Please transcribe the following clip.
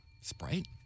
Sprite